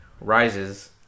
rises